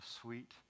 sweet